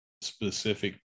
specific